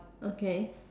okay